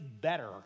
better